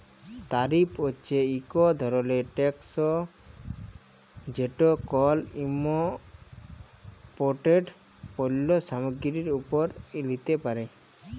তারিফ হছে ইক ধরলের ট্যাকস যেট কল ইমপোর্টেড পল্য সামগ্গিরির উপর লিতে পারে